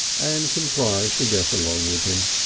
and contrived to get along with him.